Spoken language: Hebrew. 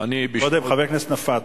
חבר הכנסת נפאע,